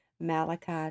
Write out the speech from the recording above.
Malachi